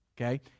okay